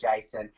Jason